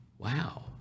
Wow